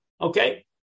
okay